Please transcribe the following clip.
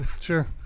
sure